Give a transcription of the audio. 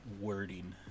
wording